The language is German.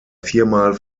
viermal